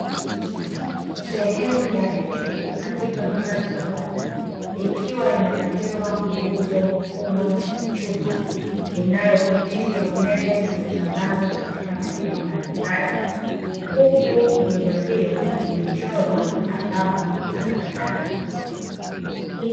Sehemu ya nje katika makazi ya watu, ikiwa imewekewa nguzo kubwa ya chuma, inayopitisha umeme na kusambaza katika maeneo mbalimbali, huku nguzo hiyo imechorwa alama za hatari.